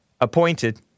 appointed